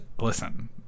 listen